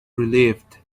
relieved